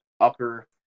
upper